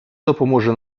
допоможе